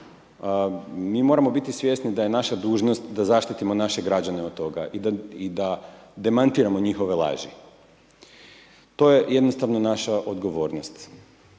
mi moramo biti svjesni da je naša dužnost da zaštitimo naše građana od toga i da demantiramo njihove laži. To je jednostavno naša odgovornost